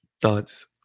Thoughts